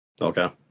Okay